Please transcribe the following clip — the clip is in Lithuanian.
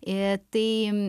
i tai